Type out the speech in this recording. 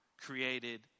created